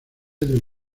del